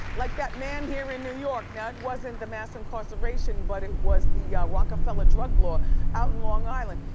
like that man here in new york. now it wasn't the mass incarceration but it was the rockefeller drug lord out in long island.